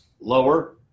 lower